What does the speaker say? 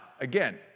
again